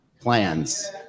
plans